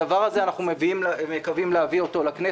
את הדבר הזה אנחנו מקווים להביא לכנסת,